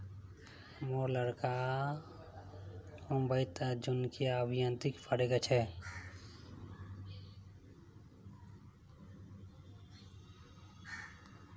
मोर लड़का मुंबईत जनुकीय अभियांत्रिकी पढ़ छ